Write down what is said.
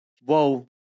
whoa